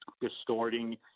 distorting